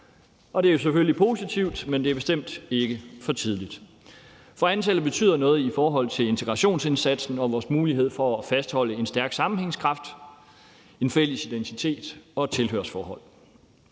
Det er jo selvfølgelig positivt, men det er bestemt ikke for tidligt. For antallet betyder noget i forhold til integrationsindsatsen og vores mulighed for at fastholde en stærk sammenhængskraft, en fælles identitet og et tilhørsforhold.